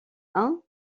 hein